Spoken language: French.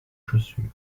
chaussures